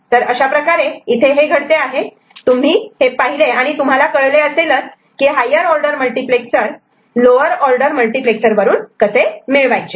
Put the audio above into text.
तर अशाप्रकारे इथे घडते हे तुम्ही ही पाहिले आणि तुम्हाला कळले असेल की higher order multiplexer lower order वरून कसे मिळवायचे